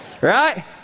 Right